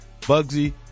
bugsy